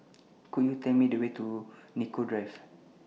Could YOU Tell Me The Way to Nicoll Drive